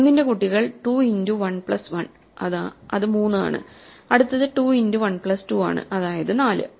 1 ന്റെ കുട്ടികൾ 2 into 1 plus 1അത് 3 ആണ് അടുത്തത് 2ഇന്റു 1 പ്ലസ് 2 ആണ് അതായത് 4